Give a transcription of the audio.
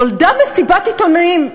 נולדה מסיבת עיתונאים,